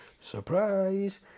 surprise